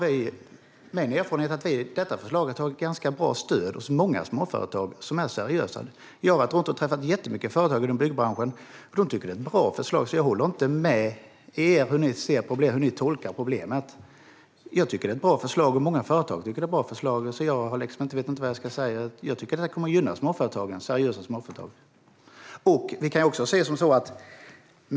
Fru talman! Min erfarenhet är att detta förslag har ganska bra stöd hos många seriösa småföretag. Jag har varit runt och träffat jättemånga företag inom byggbranschen. De tycker att det är ett bra förslag. Jag håller inte med er och instämmer inte i er tolkning av problemet, Jessika Roswall. Jag tycker att det är ett bra förslag, och många företag tycker detsamma. Jag vet inte vad jag ska säga i övrigt. Jag tror att detta kommer att gynna seriösa småföretag.